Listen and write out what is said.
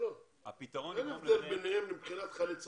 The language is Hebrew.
אין הבדל ביניהם מבחינת חיילי צה"ל.